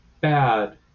bad